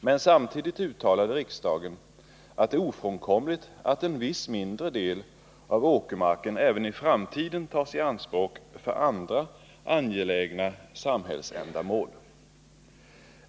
Men samtidigt uttalade riksdagen att det är ofrånkomligt att en viss mindre del av åkermarken även i framtiden tas i anspråk för andra angelägna samhällsän damål.